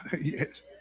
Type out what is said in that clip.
Yes